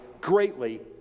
greatly